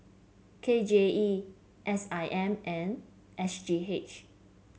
K J E S I M and S G H